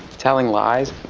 telling lies.